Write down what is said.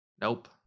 Nope